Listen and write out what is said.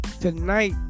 tonight